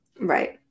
Right